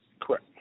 Correct